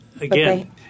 Again